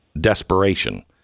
desperation